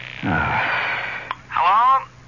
Hello